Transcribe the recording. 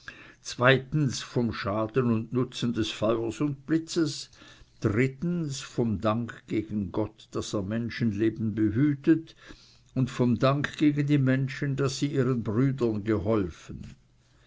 zweitens vom schaden und nutzen des feuers und blitzes vom dank gegen gott daß er menschenleben behütet und vom dank gegen die menschen daß sie ihren brüdern geholfen